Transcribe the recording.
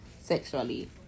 sexually